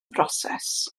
broses